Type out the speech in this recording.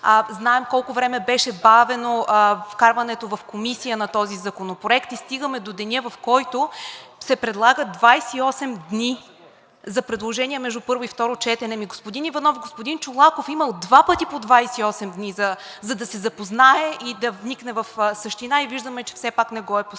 знаем колко време беше бавено вкарването в Комисията на този законопроект и стигаме до деня, в който се предлагат 28 дни за предложения между първо и второ четене. Ами, господин Иванов, господин Чолаков е имал два пъти по 28 дни да се запознае и да вникне в същина и виждаме, че все пак не го е постигнал.